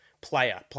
player